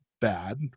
bad